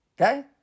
Okay